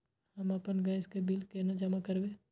हम आपन गैस के बिल केना जमा करबे?